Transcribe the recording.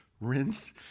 rinse